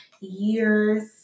years